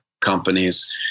companies